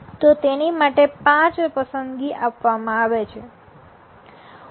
તો તેની માટે ૫ પસંદગી આપવામાં આવે છે